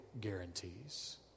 guarantees